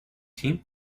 team